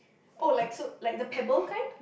oh like so like the pebble kind